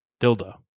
dildo